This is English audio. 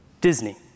Disney